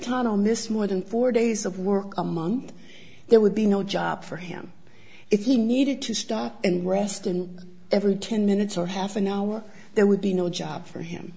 this more than four days of work among there would be no job for him if he needed to stop and rest and every ten minutes or half an hour there would be no job for him